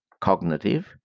Cognitive